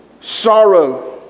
sorrow